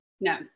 No